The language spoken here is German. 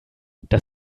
das